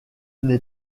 n’est